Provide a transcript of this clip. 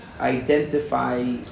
identify